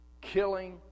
killing